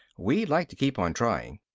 we'd like to keep on trying.